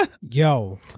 Yo